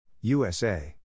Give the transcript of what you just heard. USA